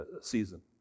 season